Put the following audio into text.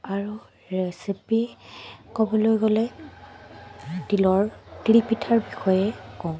আৰু ৰেচিপি ক'বলৈ গ'লে তিলৰ তিলপিঠাৰ বিষয়ে